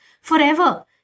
forever